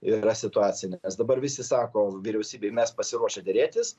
yra situacija nes dabar visi sako vyriausybei mes pasiruošę derėtis